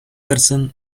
торсын